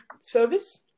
service